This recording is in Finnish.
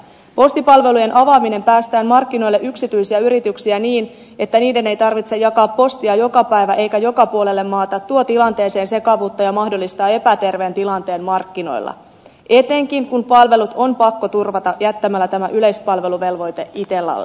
postipalveluiden avaaminen päästäen markkinoille yksityisiä yrityksiä niin että niiden ei tarvitse jakaa postia joka päivä eikä joka puolelle maata tuo tilanteeseen sekavuutta ja mahdollistaa epäterveen tilanteen markkinoilla etenkin kun palvelut on pakko turvata jättämällä tämä yleispalveluvelvoite itellalle